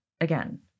again